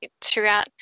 throughout